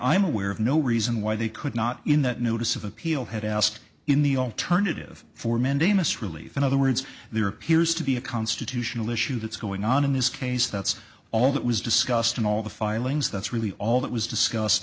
i'm aware of no reason why they could not in that notice of appeal had asked in the alternative for mandamus relief in other words there appears to be a constitutional issue that's going on in this case that's all that was discussed in all the filings that's really all that was discussed